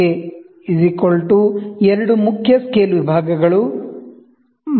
list count 2 main scale division ಗಳು M